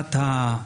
בהצהרת האדם,